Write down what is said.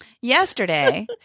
yesterday